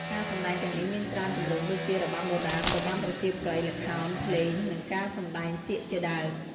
ការសម្តែងទាំងនេះមានច្រើនទម្រង់ដូចជា របាំបុរាណ របាំប្រជាប្រិយ ល្ខោន ភ្លេង និងការសម្តែងសៀកជាដើម។